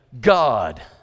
God